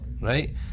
right